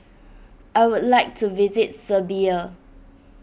I would like to visit Serbia